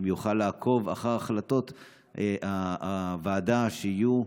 אם יוכל לעקוב אחר החלטות הוועדה שיהיו,